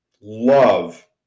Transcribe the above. love